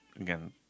again